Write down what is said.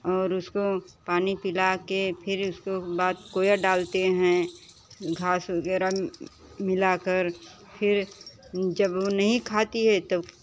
और उसको पानी पिलाके फिर उसको बाद कोया डालते हैं घास वगैरह मिलाकर फिर जब वो नहीं खाती है तब